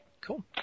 cool